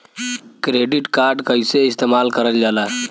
Credit card कईसे इस्तेमाल करल जाला?